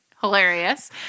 hilarious